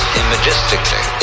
imagistically